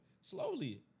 slowly